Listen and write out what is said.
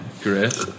Great